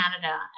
Canada